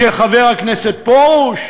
של חבר הכנסת פרוש,